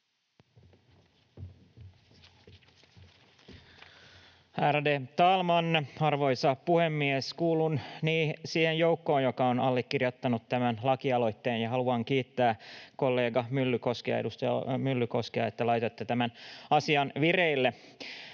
Ärade talman, arvoisa puhemies! Kuulun siihen joukkoon, joka on allekirjoittanut tämän lakialoitteen, ja haluan kiittää kollega Myllykoskea, edustaja Myllykoskea, että laitatte tämän asian vireille.